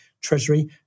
Treasury